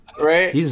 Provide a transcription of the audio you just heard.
Right